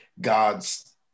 God's